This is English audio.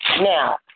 Now